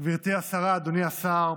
גברתי השרה, אדוני השר,